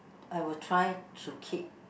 I will try to keep